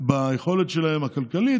ביכולת הכלכלית שלהם,